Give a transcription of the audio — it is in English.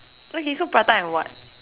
okay so prata and what